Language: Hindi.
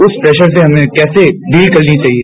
उस प्रेशर से हमें कैसे डील करनी चाहिए